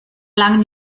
langen